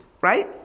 right